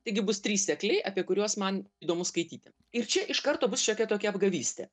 taigi bus trys sekliai apie kuriuos man įdomu skaityti ir čia iš karto bus šiokia tokia apgavystė